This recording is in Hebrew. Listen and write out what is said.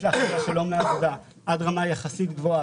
לה הכנסה שלא מעבודה עד רמה יחסית גבוהה,